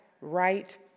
right